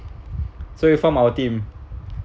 so you form our team